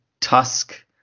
tusk